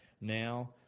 now